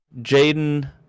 Jaden